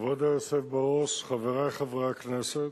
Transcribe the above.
כבוד היושב בראש, חברי חברי הכנסת,